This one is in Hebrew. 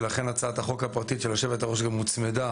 ולכן הצעת החוק הפרטית של היושבת-ראש גם הוצמדה